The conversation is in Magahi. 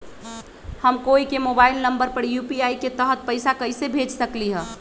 हम कोई के मोबाइल नंबर पर यू.पी.आई के तहत पईसा कईसे भेज सकली ह?